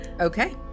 Okay